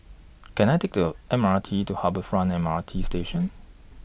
Can I Take The M R T to Harbour Front M R T Station